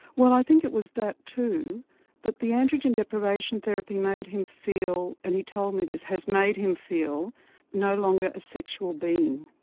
well i think it was that too but the androgen deprivation therapy made him feel, and he told me this, made him feel no longer a sexual being,